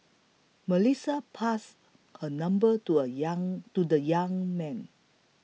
Melissa passed her number to a young to the young man